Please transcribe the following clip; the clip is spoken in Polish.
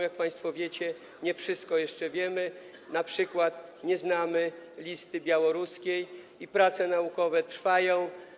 Jak państwo wiecie, nie wszystko jeszcze wiemy, np. nie znamy listy białoruskiej, i prace naukowe trwają.